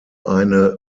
eine